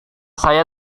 saya